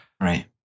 Right